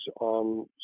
on